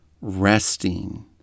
resting